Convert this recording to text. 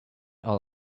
all